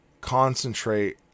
concentrate